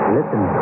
Listen